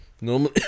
Normally